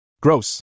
Gross